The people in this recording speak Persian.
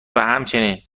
همچنین